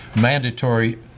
mandatory